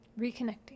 reconnecting